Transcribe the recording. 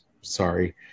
sorry